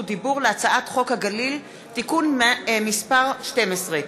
דיבור להצעת חוק הגליל (תיקון מס' 12),